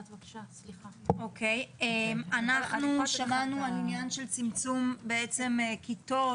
אנחנו שמענו על צמצום כיתות,